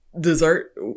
dessert